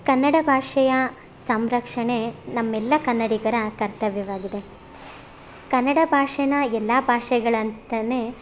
ಕನ್ನಡ ಭಾಷೆಯ ಸಂರಕ್ಷಣೆ ನಮ್ಮೆಲ್ಲ ಕನ್ನಡಿಗರ ಕರ್ತವ್ಯವಾಗಿದೆ ಕನ್ನಡ ಭಾಷೆನ ಎಲ್ಲ ಭಾಷೆಗಳಂತನೆ